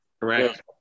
Correct